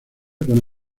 con